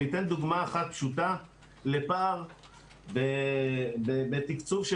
אני אתן דוגמא אחת פשוטה לפער בתקצוב של